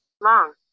long